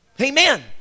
Amen